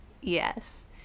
Yes